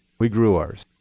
we grew ours.